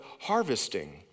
harvesting